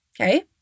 Okay